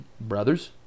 brothers